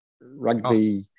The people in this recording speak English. rugby